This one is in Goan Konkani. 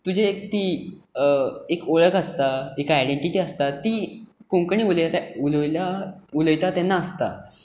तुजे एक ती एक वळख आसता एक आयडेंटीटी आसता ती कोंकणी उलोयलां उलयतां तेन्ना आसता